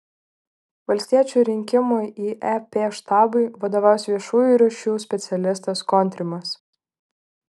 valstiečių rinkimų į ep štabui vadovaus viešųjų ryšių specialistas kontrimas